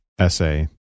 essay